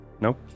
Nope